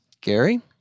Gary